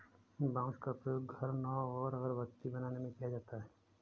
बांस का प्रयोग घर, नाव और अगरबत्ती बनाने में किया जाता है